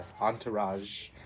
entourage